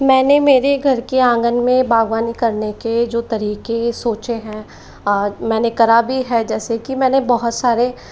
मैंने मेरे घर के आँगन में बागबानी करने के जो तरीके सोचे हैं और मैंने करा भी है जैसे कि मैंने बहुत सारे